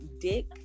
dick